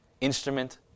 instrument